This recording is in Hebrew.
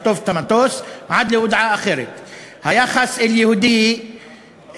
לכך שבתעשיות הביטחוניות עד עצם היום הזה